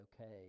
okay